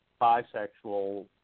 bisexual